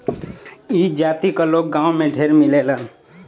ई जाति क लोग गांव में ढेर मिलेलन